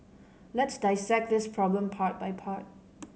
let's dissect this problem part by part